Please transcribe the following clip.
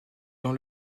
dans